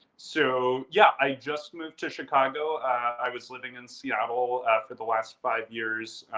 so yeah, i just moved to chicago. i was living in seattle for the last five years.